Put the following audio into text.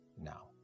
now